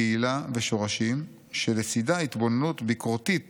קהילה ושורשים, שלצידה התבוננות ביקורתית